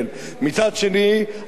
הגדלת הגירעון היא הכרחית,